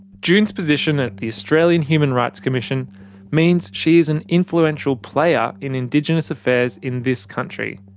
june's position at the australian human rights commission means she is an influential player in indigenous affairs in this country.